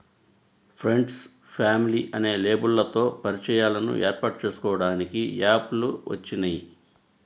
friends, family అనే లేబుల్లతో పరిచయాలను ఏర్పాటు చేసుకోడానికి యాప్ లు వచ్చినియ్యి